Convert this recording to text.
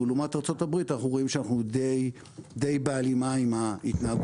לעומת ארה"ב אנחנו רואים שאנחנו די בהלימה עם ההתנהגות